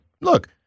look